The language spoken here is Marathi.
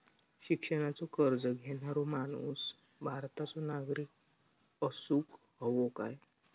शिक्षणाचो कर्ज घेणारो माणूस भारताचो नागरिक असूक हवो काय?